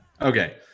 Okay